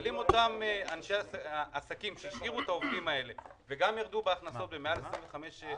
אבל אותם עסקים שהשאירו את העובדים האלה וגם ירדו בהכנסות למעל 25%,